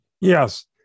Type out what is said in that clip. Yes